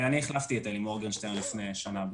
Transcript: אני החלפתי את אלי מורגנשטרן לפני שנה בערך.